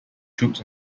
troops